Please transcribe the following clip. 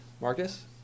Marcus